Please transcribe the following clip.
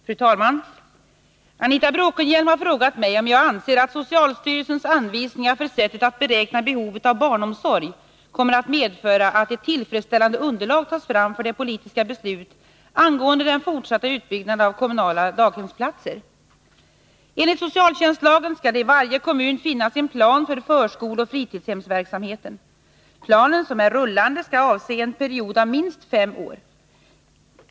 Fru talman! Anita Bråkenhielm har frågat mig om jag anser att socialstyrelsens anvisningar för sättet att beräkna behovet av barnomsorg kommer att medföra att ett tillfredsställande underlag tas fram för politiska beslut angående den fortsatta utbyggnaden av kommunala daghemsplatser. Enligt socialtjänstlagen skall det i varje kommun finnas en plan för förskoleoch fritidshemsverksamheten. Planen, som är rullande, skall avse en period av minst fem år.